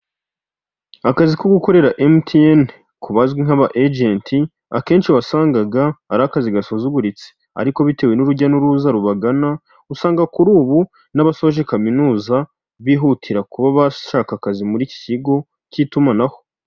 Akazi ko gukorera MTN kazwi nk'aba ejenti akenshi wasangaga ari akazi gasuzuguritse ariko bitewe n'urujya n'uruza rubagana usanga kuri ubu n'abasoje kaminuza bihutira kuba bashaka akazi muri iki kigo cy'itumanaho.